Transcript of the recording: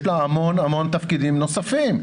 יש לה המון תפקידים נוספים.